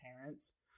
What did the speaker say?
parents